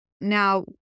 now